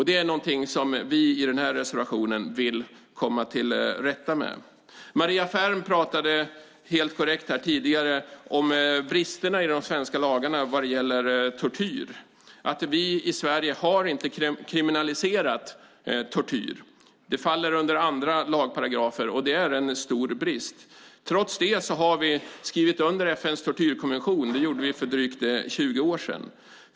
Det är någonting som vi genom den här reservationen vill komma till rätta med. Maria Ferm pratade helt korrekt här tidigare om bristerna i de svenska lagarna vad gäller tortyr. Vi i Sverige har inte kriminaliserat tortyr; det faller under andra lagparagrafer. Det är en stor brist. Trots det har vi skrivit under FN:s tortyrkonvention. Det gjorde vi för drygt 20 år sedan.